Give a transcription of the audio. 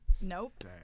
Nope